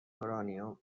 اورانیوم